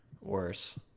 worse